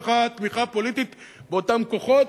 ככה התמיכה הפוליטית באותם כוחות,